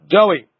Joey